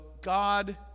God